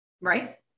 Right